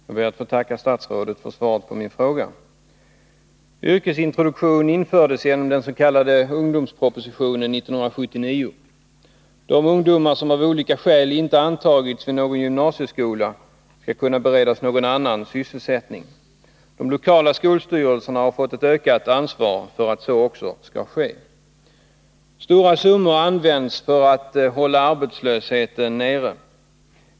Herr talman! Jag ber att få tacka statsrådet för svaret på min fråga. Yrkesintroduktion infördes genom den s.k. ungdomspropositionen 1979. De ungdomar som av olika skäl inte antagits vid någon gymnasieskola skall kunna beredas någon annan sysselsättning. De lokala skolstyrelserna har fått ett ökat ansvar för att så också skall ske. Stora summor används för att hålla arbetslösheten nere.